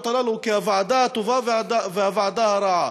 האלה כ-הוועדה הטובה והוועדה הרעה,